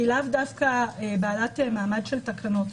שהיא לאו דווקא בעלת מעמד של תקנות,